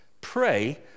Pray